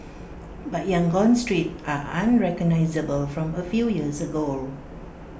but Yangon's streets are unrecognisable from A few years ago